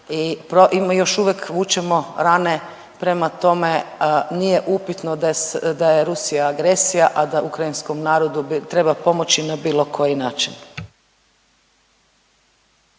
još uvijek vučemo rane prema tome, nije upitno da je Rusija agresija, a da ukrajinskom narodu treba pomoći na bilo koji način.